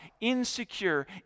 insecure